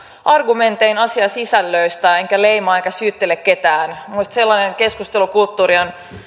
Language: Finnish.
argumentein asiasisällöistä enkä leimaa enkä syyttele ketään minun mielestäni sellainen keskustelukulttuuri